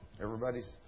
Everybody's